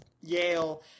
Yale